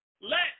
Let